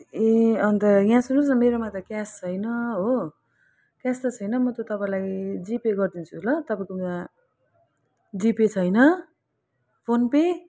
ए अन्त यहाँ सुन्नुहोस् न मेरोमा त क्यास छैन हो क्यास त छैन म त तपाईँलाई जिपे गरिदिन्छु ल तपाईँकोमा जिपे छैन फोन पे